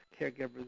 caregivers